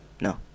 no